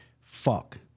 fuck